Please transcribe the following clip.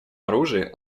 оружии